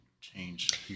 change